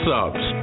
Subs